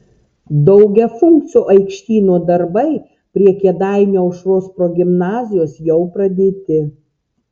daugiafunkcio aikštyno darbai prie kėdainių aušros progimnazijos jau pradėti